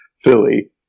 Philly